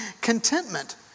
contentment